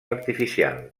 artificial